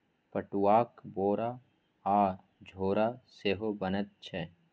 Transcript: पटुआक बोरा आ झोरा सेहो बनैत छै